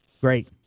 Great